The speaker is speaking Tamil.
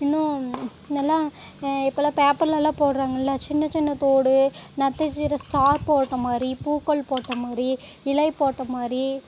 இன்னும் முன்னல்லாம் இப்போல்லாம் பேப்பர்லெல்லாம் போடுகிறாங்கல்ல சின்ன சின்ன தோடு நட்சத்திரம் ஸ்டார் போட்ட மாதிரி பூக்கள் போட்ட மாதிரி இலை போட்ட மாதிரி